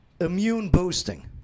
immune-boosting